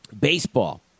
baseball